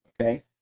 okay